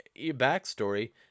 Backstory